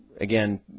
Again